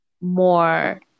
more